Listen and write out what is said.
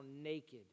naked